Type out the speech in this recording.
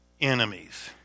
enemies